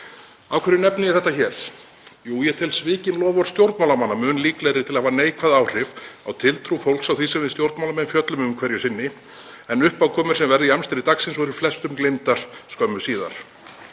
Af hverju nefni ég þetta hér? Jú, ég tel svikin loforð stjórnmálamanna mun líklegri til að hafa neikvæð áhrif á tiltrú fólks á því sem við stjórnmálamenn fjöllum um hverju sinni en uppákomur sem verða í amstri dagsins og eru flestum gleymdar skömmu síðar.